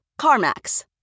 CarMax